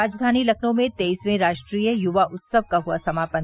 राजधानी लखनऊ में तेईसवें राष्ट्रीय युवा उत्सव का हुआ समापन